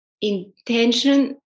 intention